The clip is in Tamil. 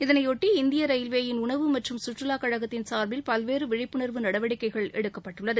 இதனையொட்டி இந்திய ரயில்வேயின் உணவு மற்றும் சுற்றுலா கழகத்தின் சார்பில் பல்வேறு விழிப்புணர்வு நடவடிக்கைகள் எடுக்கப்பட்டுள்ளது